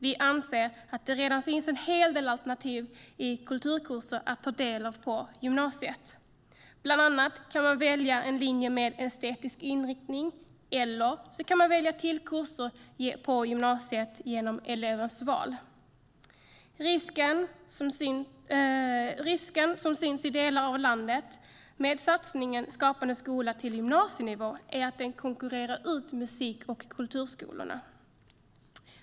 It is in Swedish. Vi anser att det redan finns en hel del alternativ att ta del av på gymnasiet vad gäller kulturkurser. Bland annat kan man välja en linje med estetisk inriktning eller välja till kurser genom "elevens val". Den risk med satsningen Skapande skola på gymnasienivå som synts i delar av landet är att den konkurrerar ut musik och kulturskolorna.